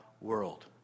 world